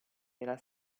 era